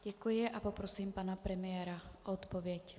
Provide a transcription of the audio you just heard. Děkuji a poprosím pana premiéra o odpověď.